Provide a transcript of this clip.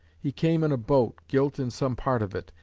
he came in a boat, gilt in some part of it,